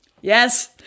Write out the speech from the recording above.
Yes